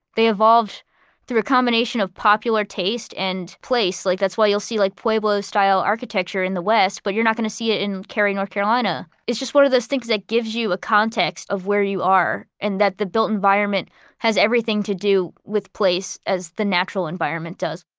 they evolved through a combination of popular taste and place. like that's why you'll see like pueblo-style architecture in the west, but you're not going to see it in cary, north carolina. it's just one of those things that gives you a context of where you are and that the built environment has everything to do with place as the natural environment does